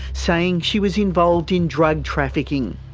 saying she was involved in drug trafficking.